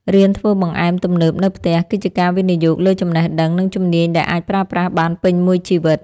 រៀនធ្វើបង្អែមទំនើបនៅផ្ទះ គឺជាការវិនិយោគលើចំណេះដឹង និងជំនាញដែលអាចប្រើប្រាស់បានពេញមួយជីវិត។